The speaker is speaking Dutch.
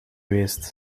geweest